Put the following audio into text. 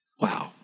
Wow